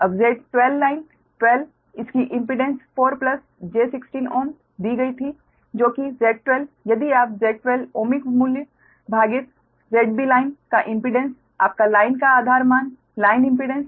अब Z12 line 12 इसकी impedance 4 j16 Ω दी गई थी जो कि Z12 यदि आप Z12 ओमिक मूल्य भागित ZB लाइन का इम्पीडेंस आपका लाइन का आधार मान लाइन इम्पीडेंस